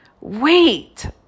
wait